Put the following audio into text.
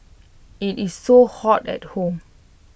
IT is so hot at home